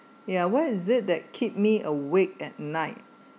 ya why is it that keep me awake at night